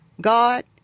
God